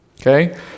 Okay